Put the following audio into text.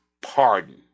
pardon